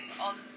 on